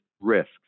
risks